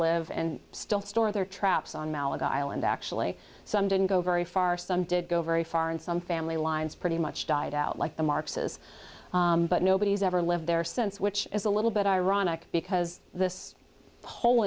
live and still store their traps on malaga island actually some didn't go very far some did go very far and some family lines pretty much died out like the marx's but nobody's ever lived there since which is a little bit ironic because this whole